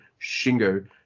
Shingo